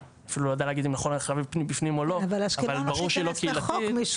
זה דיבר על העובדה שאתה מקבל את הפרהסיה אבל לא מסתכלים מי אתה בבית.